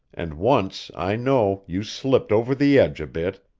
and once, i know, you slipped over the edge a bit.